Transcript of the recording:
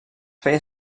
feia